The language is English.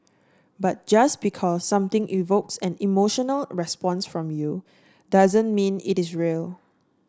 but just because something evokes an emotional response from you doesn't mean it is real